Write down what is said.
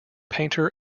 painter